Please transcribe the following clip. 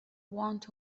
want